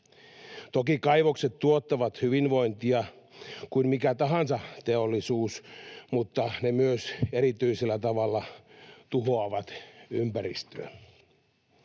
Toki kaivokset tuottavat hyvinvointia kuin mikä tahansa teollisuus, mutta ne myös erityisellä tavalla tuhoavat ympäristöä.